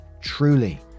truly